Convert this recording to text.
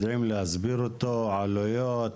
יודעים להסביר אותו עלויות,